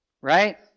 right